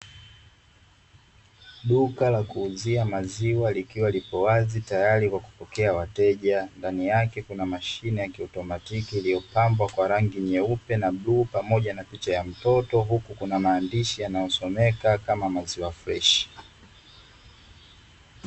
Duka la kuuzia maziwa, likiwa lipo wazi tayari kwa kupokea wateja, ndani yake kuna mashine ya kiautomatiki iliyopambwa kwa rangi nyeupe na bluu pamoja na picha ya mtoto, huku kuna maandishi yanayosomeka kama maziwa freshi.